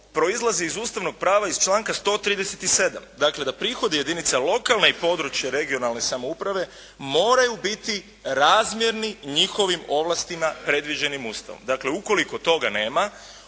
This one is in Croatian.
proizlazi iz ustavnog prava iz članka 137. dakle da prihodi jedinica lokalne i područne regionalne samouprave moraju biti razmjerni njihovim ovlastima predviđenim Ustavom. Dakle ukoliko toga nema